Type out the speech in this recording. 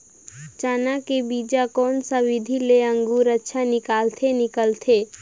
चाना के बीजा कोन सा विधि ले अंकुर अच्छा निकलथे निकलथे